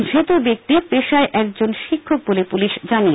ধৃত ব্যক্তি পেশায় একজন শিক্ষক বলে পুলিশ জানিয়েছে